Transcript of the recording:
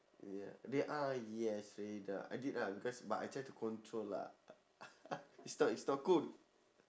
ya they ah yes radar I did lah because but I try to control lah is not is not cool